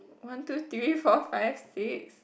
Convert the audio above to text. one two three four five six